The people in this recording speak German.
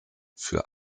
für